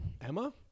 Emma